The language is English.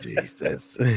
Jesus